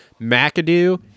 McAdoo